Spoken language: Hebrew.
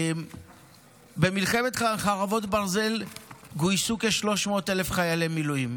במלחמת חרבות ברזל גויסו כ-300,000 חיילי מילואים,